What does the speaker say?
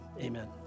amen